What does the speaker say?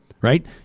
right